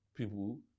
people